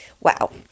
Wow